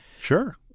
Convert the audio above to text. Sure